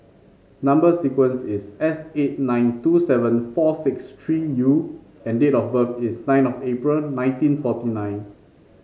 number sequence is S eight nine two seven four six three U and date of birth is nine of April nineteen forty nine